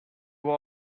will